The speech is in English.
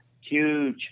huge